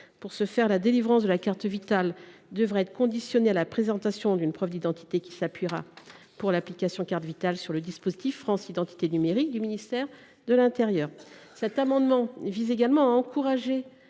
Pour ce faire, la délivrance de la carte devra être conditionnée à la présentation d’une preuve d’identité qui s’appuiera, pour l’application Carte Vitale, sur le dispositif France Identité numérique du ministère de l’intérieur.